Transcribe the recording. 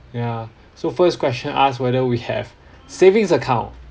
yeah so first question ask whether we have savings account